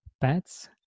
pets